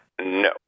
No